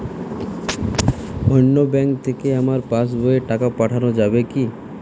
অন্য ব্যাঙ্ক থেকে আমার পাশবইয়ে টাকা পাঠানো যাবে কি?